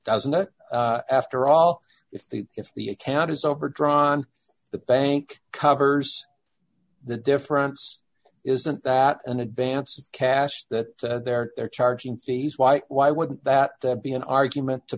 doesn't it after all if the if the account is overdrawn the bank covers the difference isn't that an advanced cash that they're they're charging fees why why wouldn't that be an argument to